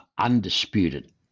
undisputed